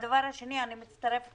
שנית, אני מצטרפת